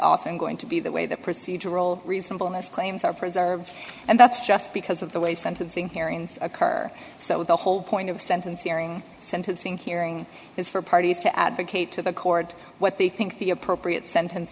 often going to be the way the procedural reasonableness claims are preserved and that's just because of the way sentencing hearings occur so the whole point of sentence hearing sentencing hearing is for parties to advocate to the court what they think the appropriate sentence